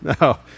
No